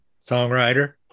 songwriter